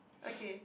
okay